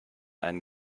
einen